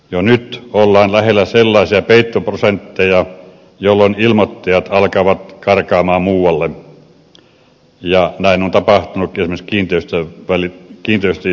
jo nyt ollaan lähellä sellaisia peittoprosentteja jolloin ilmoittajat alkavat karata muualle ja näin on tapahtunutkin esimerkiksi kiinteistöilmoitusten osalta